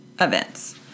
events